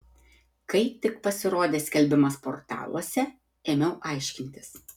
kai tik pasirodė skelbimas portaluose ėmiau aiškintis